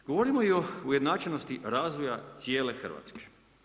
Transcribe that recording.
Govorimo i o ujednačenosti razvoja cijele Hrvatske.